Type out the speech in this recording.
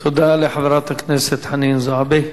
תודה לחברת הכנסת חנין זועבי.